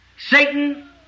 Satan